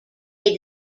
they